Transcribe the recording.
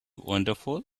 wonderful